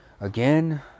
Again